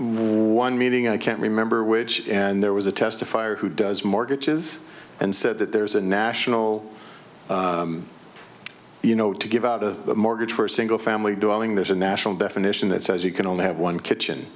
one meeting i can't remember which and there was a testifier who does mortgages and said that there's a national you know to give out of a mortgage for a single family dwelling there's a national definition that says you can only have one kitchen